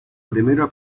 primera